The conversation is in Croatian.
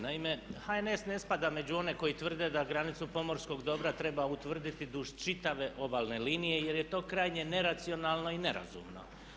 Naime, HNS ne spada među one koji tvrde da granicu pomorskog dobra treba utvrditi duž čitave obalne linije jer je to krajnje neracionalno i nerazumno.